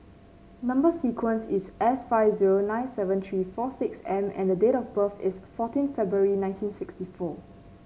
number sequence is S five zero nine seven three four six M and the date of birth is fourteen February nineteen sixty four